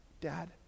Dad